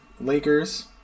Lakers